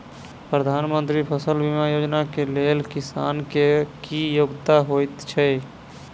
प्रधानमंत्री फसल बीमा योजना केँ लेल किसान केँ की योग्यता होइत छै?